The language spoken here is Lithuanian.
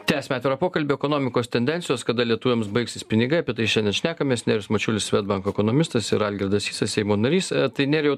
tęsiam atvirą pokalbį ekonomikos tendencijos kada lietuviams baigsis pinigai apie tai šiandien šnekamės mačiulis swedbank ekonomistas ir algirdas sysas seimo narys tai nerijau